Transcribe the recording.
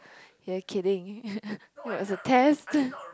you are kidding it was a test